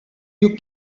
you